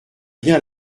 bien